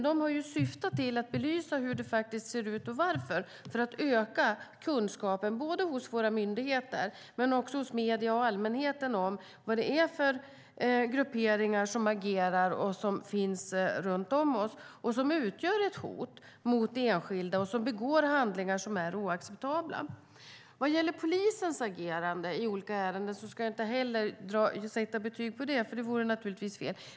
De har syftat till att belysa hur det ser ut och varför för att öka kunskapen både hos våra myndigheter och hos medierna och allmänheten om vad det är för grupperingar som agerar och som finns runt om oss. De utgör ett hot mot enskilda, och de begår handlingar som är oacceptabla. Jag ska inte heller sätta betyg på polisens agerande i olika ärenden. Det vore naturligtvis fel.